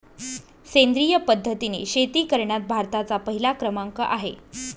सेंद्रिय पद्धतीने शेती करण्यात भारताचा पहिला क्रमांक आहे